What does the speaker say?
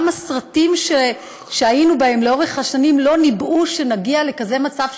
גם הסרטים שהיינו בהם לאורך השנים לא ניבאו שנגיע למצב כזה,